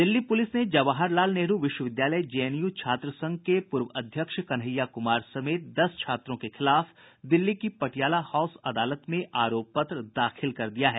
Delhi police ने जवाहरलाल नेहरु विश्वविद्यालय JNU छात्र संघ के पूर्व अध्यक्ष कन्हैया कुमार समेत दस छात्रों के खिलाफ दिल्ली की पटियाला हाउस अदालत में आरोप पत्र दाखिल कर दिया है